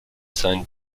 sein